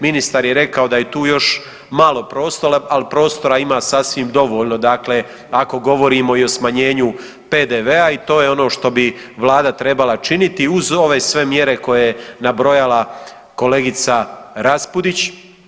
Ministar je rekao da je tu još malo prostora, ali prostora ima sasvim dovoljno dakle, ako govorimo i o smanjenju PDV-a i to je ono što bi vlada trebala činiti uz ove sve mjere koje je nabrojala kolegica Raspudić.